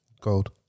Gold